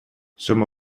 some